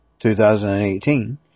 2018